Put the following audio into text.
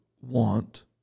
want